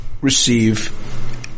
receive